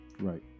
right